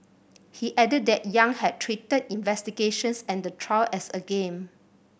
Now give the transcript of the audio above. he added that Yang had treated investigations and the trial as a game